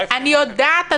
אני יודעת,